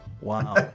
Wow